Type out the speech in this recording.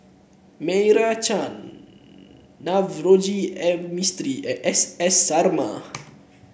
Meira Chand Navroji M Mistri and S S Sarma